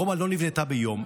רומא לא נבנתה ביום.